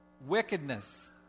wickedness